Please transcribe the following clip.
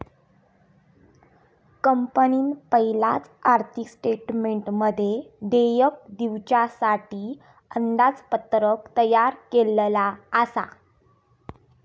कंपनीन पयलाच आर्थिक स्टेटमेंटमध्ये देयक दिवच्यासाठी अंदाजपत्रक तयार केल्लला आसा